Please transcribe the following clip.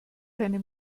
keine